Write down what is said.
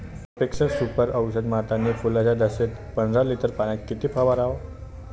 Profex Super औषध मारतानी फुलाच्या दशेत पंदरा लिटर पाण्यात किती फवाराव?